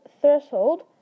threshold